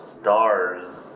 stars